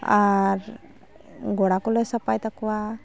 ᱟᱨ ᱜᱚᱲᱟᱠᱚᱞᱮ ᱥᱟᱯᱷᱟᱭ ᱛᱟᱠᱚᱣᱟ